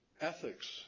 ethics